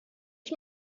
ich